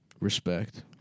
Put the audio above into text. Respect